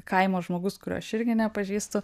kaimo žmogus kurio aš irgi nepažįstu